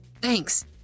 Thanks